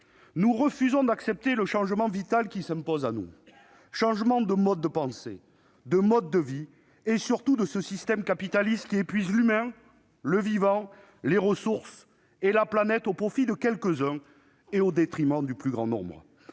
Nous refusons d'accepter le changement vital qui s'impose à nous, changement de mode de pensée, de mode de vie et, surtout, de ce système capitaliste qui épuise l'humain, le vivant, les ressources et la planète au profit de quelques-uns et au détriment du plus grand nombre.